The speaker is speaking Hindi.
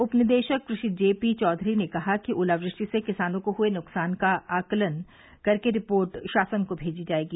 उप निदेशक कृषि जे पी चौधरी ने कहा कि ओलावृष्टि से किसानों को हुए नुकसान का आंकलन कर रिपोर्ट शासन को भेजी जाएगी